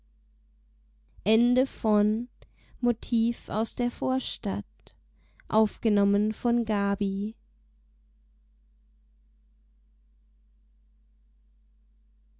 aus der vorstadt da